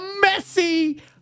messy